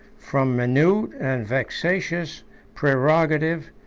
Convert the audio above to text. from minute and vexatious prerogative,